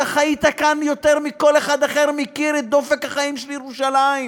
אתה חיית כאן יותר מכל אחד אחר ומכיר את דופק החיים של ירושלים,